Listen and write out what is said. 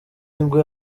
nibwo